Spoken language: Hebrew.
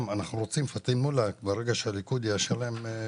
אנחנו רוצים שגם פטין מולא יהיה חבר בה ברגע שהליכוד יאשר לחברי הכנסת